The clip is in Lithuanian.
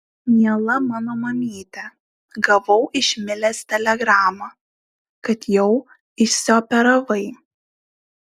miela mano mamyte gavau iš milės telegramą kad jau išsioperavai